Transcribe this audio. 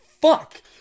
fuck